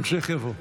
המשך יבוא.